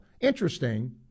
Interesting